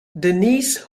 denise